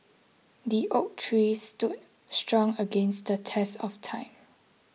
the oak tree stood strong against the test of time